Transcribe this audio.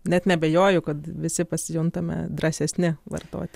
net neabejoju kad visi pasijuntame drąsesni vartoti